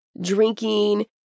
drinking